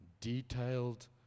detailed